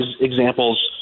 examples